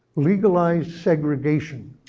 legalized segregation,